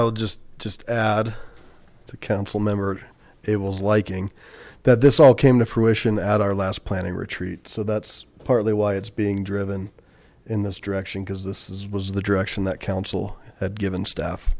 i'll just just add the councilmembers able's liking that this all came to fruition at our last planning retreat so that's partly why it's being driven in this direction because this is was the direction that council had given staff